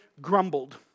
grumbled